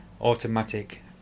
automatic